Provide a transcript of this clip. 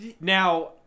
Now